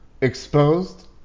exposed